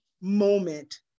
moment